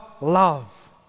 love